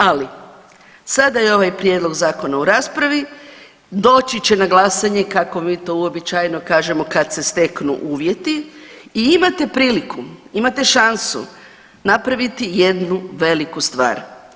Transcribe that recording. Ali sada je ovaj prijedlog zakona u raspravi doći će na glasanje kako mi to uobičajeno kažemo kad se steknu uvjeti i imate priliku, imate šansu napraviti jednu veliku stvar.